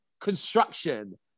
construction